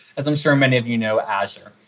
as i'm sure many of you know, azure.